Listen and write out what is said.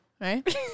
right